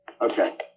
Okay